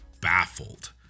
baffled